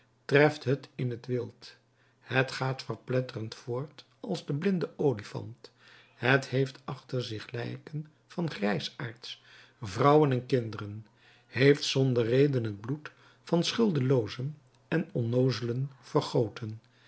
treft het in het wild het gaat verpletterend voort als de blinde olifant het heeft achter zich lijken van grijsaards vrouwen en kinderen heeft zonder reden het bloed van schuldeloozen en onnoozelen vergoten